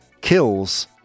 kills